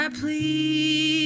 please